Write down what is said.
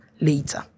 later